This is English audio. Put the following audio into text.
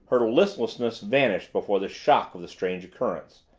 her listlessness vanished before the shock of the strange occurrence,